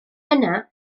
yna